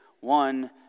one